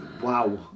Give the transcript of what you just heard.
Wow